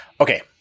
okay